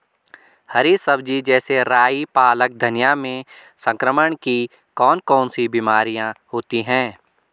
हरी सब्जी जैसे राई पालक धनिया में संक्रमण की कौन कौन सी बीमारियां होती हैं?